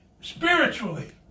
Spiritually